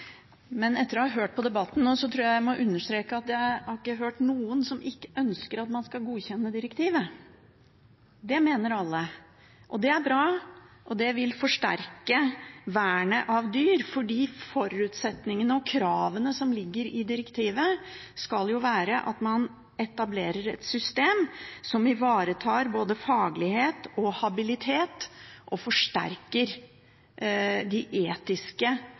Men etter å ha hørt på debatten må jeg understreke at jeg ikke har hørt noen som ikke ønsker at man skal godkjenne direktivet. Det mener alle. Det er bra. Det vil forsterke vernet av dyr fordi forutsetningene og kravene som ligger i direktivet, skal være at man etablerer et system som ivaretar både faglighet og habilitet og forsterker de etiske